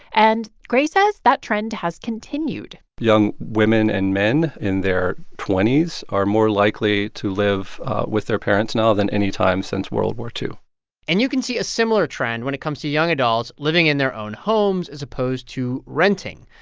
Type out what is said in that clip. and gray says that trend has continued young women and men in their twenty s are more likely to live with their parents now than any time since world war ii and you can see a similar trend when it comes to young adults living in their own homes as opposed to renting.